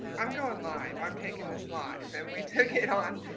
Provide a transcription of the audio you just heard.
i'm going live, i'm taking this live and we took it on,